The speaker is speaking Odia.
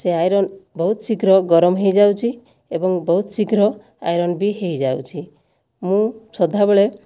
ସେ ଆଇରନ ବହୁତ ଶୀଘ୍ର ଗରମ ହୋଇଯାଉଛି ଏବଂ ବହୁତ ଶୀଘ୍ର ଆଇରନ ବି ହୋଇଯାଉଛି ମୁଁ ସଦାବେଳେ